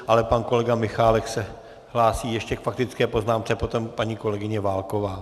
Ale pan kolega Michálek se hlásí ještě k faktické poznámce, potom paní kolegyně Válková.